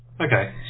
Okay